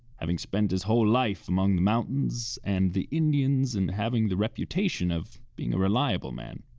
having spent his whole life among the mountains and the indians and having the reputation of being a reliable man.